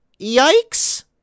Yikes